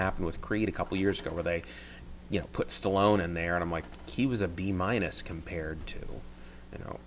happened with create a couple years ago where they you know put stallone in there and i'm like he was a b minus compared to you know